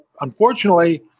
unfortunately